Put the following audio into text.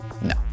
No